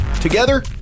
Together